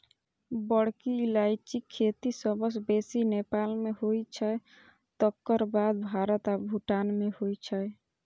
बड़की इलायचीक खेती सबसं बेसी नेपाल मे होइ छै, तकर बाद भारत आ भूटान मे होइ छै